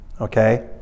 okay